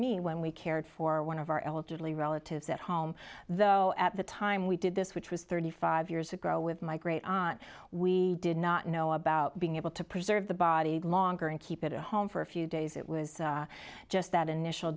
me when we cared for one of our elderly relatives at home though at the time we did this which was thirty five years ago with my great honor we did not know about being able to preserve the body longer and keep it at home for a few days it was just that initial